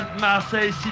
Marseille